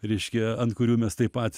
reiškia ant kurių mes taip pat